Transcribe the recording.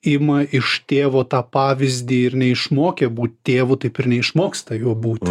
ima iš tėvo tą pavyzdį ir neišmokę būt tėvu taip ir neišmoksta juo būti